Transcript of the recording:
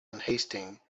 unhasting